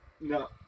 no